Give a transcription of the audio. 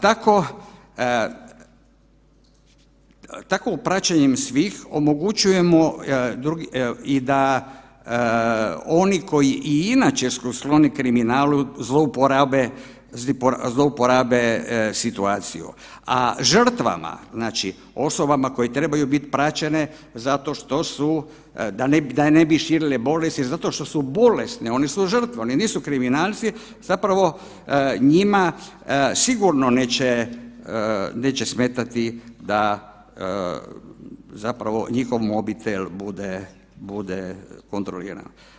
Tako u praćenjem svih omogućujemo i da oni koji i inače su skloni kriminalu zlouporabe, zlouporabe situaciju, a žrtvama, znači osobama koje trebaju biti praćene zato što su da ne bi širile bolesti, zato što su bolesne one su žrtve, oni nisu kriminalci, zapravo njima sigurno neće, neće smetati da zapravo njihov mobitel bude kontroliran.